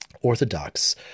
Orthodox